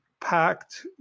packed